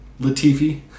latifi